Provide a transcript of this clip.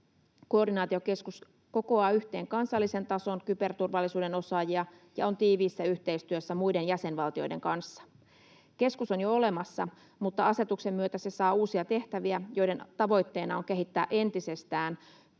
Koordinaatiokeskus kokoaa yhteen kansallisen tason kyberturvallisuuden osaajia ja on tiiviissä yhteistyössä muiden jäsenvaltioiden kanssa. Keskus on jo olemassa, mutta asetuksen myötä se saa uusia tehtäviä, joiden tavoitteena on kehittää entisestään